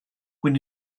when